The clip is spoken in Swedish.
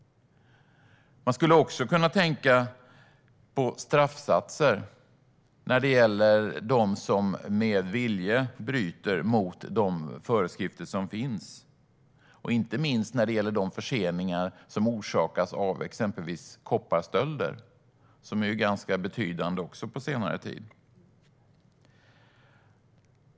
Man skulle också kunna tänka på straffsatser för dem som med vilja bryter mot de föreskrifter som finns, inte minst när det gäller de förseningar som orsakas av kopparstölder, vilka har varit ganska betydande även på senare tid.